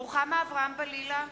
רוחמה אברהם-בלילא,